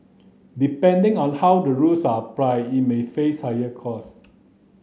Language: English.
depending on how the rules are applied it may face higher cost